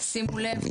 שימו לב,